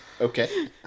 Okay